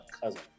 cousin